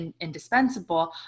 indispensable